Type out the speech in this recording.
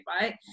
right